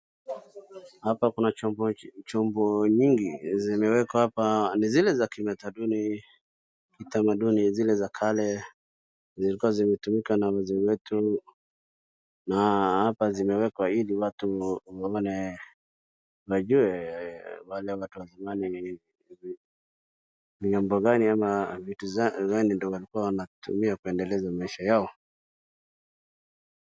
Hapa kuna chombo nyingi zimewekwa hapa, ni zile za kitamaduni, zile za kale zilikuwa zinatumika na wazee wetu na hapa zimewekwa ili watu waone wajue, wale watu wa zamani, ni jambo gani ama vitu gani ndio walikuwa wanatumia kuendeleza maisha yao.